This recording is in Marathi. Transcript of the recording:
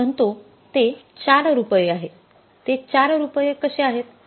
मी म्हणतो ते ४ रुपये आहे ते ४ रुपये कसे आहेत